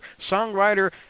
songwriter